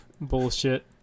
bullshit